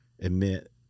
admit